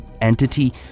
Entity